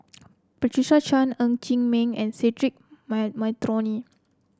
Patricia Chan Ng Chee Meng and Cedric Monteiro